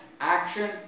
action